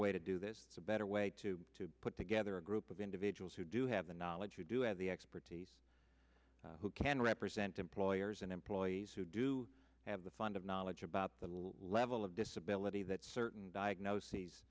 way to do this it's a better way to put together a group of individuals who do have the knowledge you do have the expertise who can represent employers and employees who do have the fund of knowledge about the level of disability that certain diagnoses